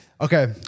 Okay